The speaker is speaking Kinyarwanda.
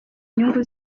nyungu